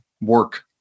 work